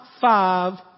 five